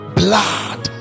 blood